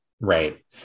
right